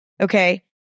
okay